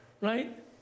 right